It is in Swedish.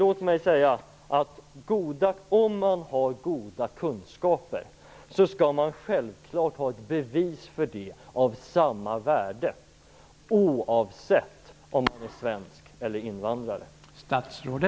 Om man har goda kunskaper skall man självfallet ha ett bevis för det, och detta bevis skall vara av samma värde oavsett om man är svensk eller invandrare.